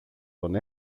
τον